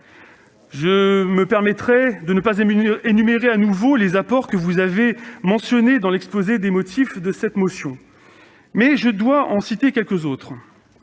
Je n'énumérerai pas de nouveau les apports que vous avez mentionnés dans l'exposé des motifs de cette motion. Mais je me dois d'en citer quelques autres